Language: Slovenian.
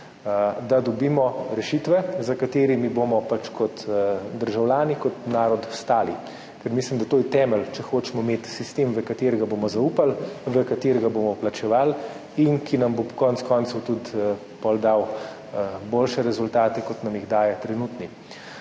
da dobimo rešitve, za katerimi bomo pač kot državljani, kot narod stali, ker mislim, da je to temelj, če hočemo imeti sistem, v katerega bomo zaupali, v katerega bomo plačevali in ki nam bo konec koncev potem dal tudi boljše rezultate, kot nam jih daje trenutni.